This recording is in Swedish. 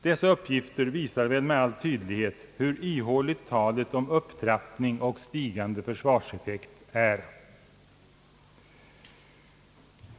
Dessa uppgifter visar väl med all tydlighet hur ihåligt talet om upptrappning och stigande försvarseffekt är.